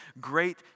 great